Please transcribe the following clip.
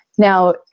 Now